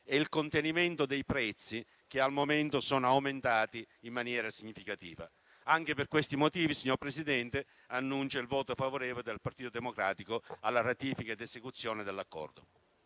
e il contenimento dei prezzi, che al momento sono aumentati in maniera significativa. Anche per questi motivi, signor Presidente, annuncio il voto favorevole del Partito Democratico alla ratifica ed esecuzione dell'Accordo.